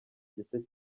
gice